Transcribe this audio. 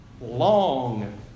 Long